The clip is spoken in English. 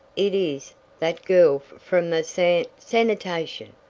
it is that girl from the san sanitation!